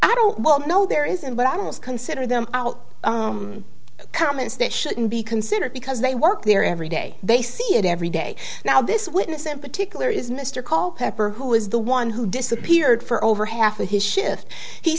i don't well know there isn't but animals consider them out comments that shouldn't be considered because they work there every day they see it every day now this witness in particular is mr call pepper who is the one who disappeared for over half of his shift he